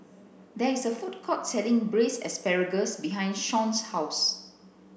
there is a food court selling braised asparagus behind Shon's house